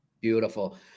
Beautiful